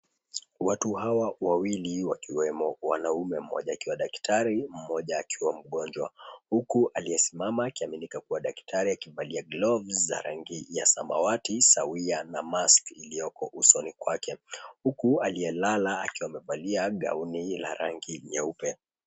Watu hawa wawili wakiwemo wanaume mmoja akiwa daktari mmoja akiwa mgonjwa huku aliyesimama akiaminika kua daktari akivalia gloves za rangi ya samawati, sawiya na mask ilioko usoni kwake. Huku aliyelala akiwa amevalia gauni la rangi nyeupe.